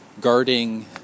guarding